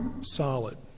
solid